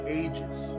ages